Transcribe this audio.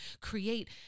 create